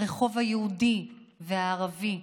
הרחוב היהודי והערבי.